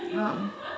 um